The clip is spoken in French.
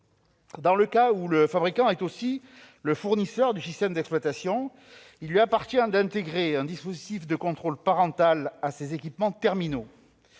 Dans le cas où le fabricant est aussi le fournisseur du système d'exploitation, il lui appartient d'intégrer un dispositif de contrôle parental à ses équipements terminaux.